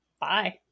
Bye